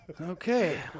Okay